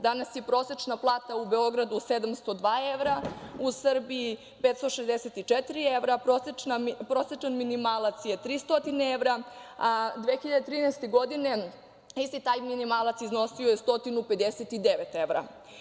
Danas je prosečna plata u Beogradu 702 evra, u Srbiji 564 evra, prosečan minimalac je 300 evra, a 2013. godine isti taj minimalac je iznosio 159 evra.